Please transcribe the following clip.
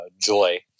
joy